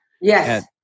Yes